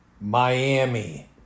Miami